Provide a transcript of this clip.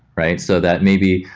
right? so that maybe,